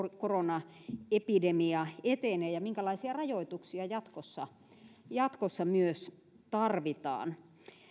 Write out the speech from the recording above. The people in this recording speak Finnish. koronaepidemia etenee ja minkälaisia rajoituksia myös jatkossa tarvitaan